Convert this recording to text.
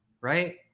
right